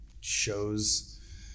shows